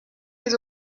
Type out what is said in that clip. les